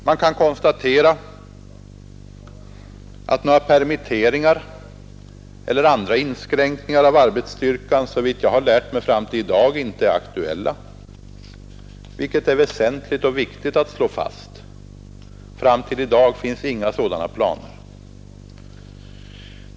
Jag kan konstatera att några permitteringar eller andra inskränkningar av arbetsstyrkan — såvitt jag har lärt mig — fram till i dag inte är aktuella, vilket är väsentligt och viktigt att slå fast; fram till i dag finns inga sådana planer.